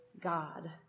God